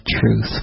truth